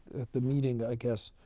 at the meeting, i guess,